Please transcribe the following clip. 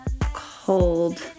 cold